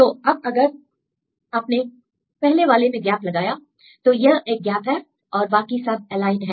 तो अब अगर आपने पहले वाले में गैप लगाया तो यह एक गैप है और बाकी सब एलाइंड हैं